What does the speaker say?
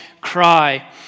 cry